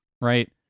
Right